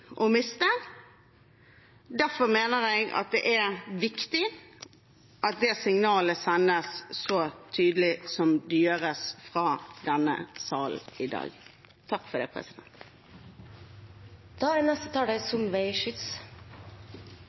å miste. Derfor mener jeg det er viktig at det signalet sendes så tydelig som det gjøres fra denne salen i dag.